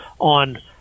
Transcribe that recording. on